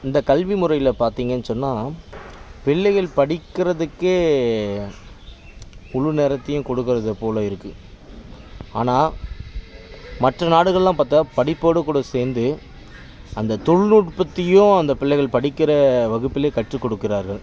இந்த கல்வி முறையில் பார்த்தீங்கன் சொன்னால் பிள்ளைகள் படிக்கிறதுக்கே முழு நேரத்தையும் கொடுக்கறத போல் இருக்குது ஆனால் மற்ற நாடுகளெலாம் பார்த்தா படிப்போடு கூட சேர்ந்து அந்த தொழில்நுட்பத்தையும் அந்த பிள்ளைகள் படிக்கிற வகுப்பிலே கற்றுக்கொடுக்கிறார்கள்